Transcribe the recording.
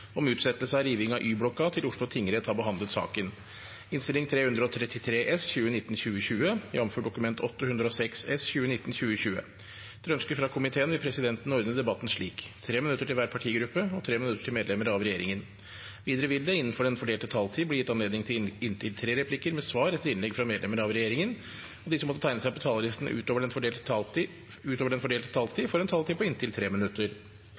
om ordet til sak nr. 3. Etter ønske fra kommunal- og forvaltningskomiteen vil presidenten ordne debatten slik: 3 minutter til hver partigruppe og 3 minutter til medlemmer av regjeringen. Videre vil det – innenfor den fordelte taletid – bli gitt anledning til inntil tre replikker med svar etter innlegg fra medlemmer av regjeringen, og de som måtte tegne seg på talerlisten utover den fordelte taletid, får en taletid på inntil 3 minutter.